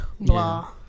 Blah